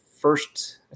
first